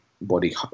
body